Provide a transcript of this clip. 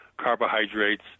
carbohydrates